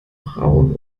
rauen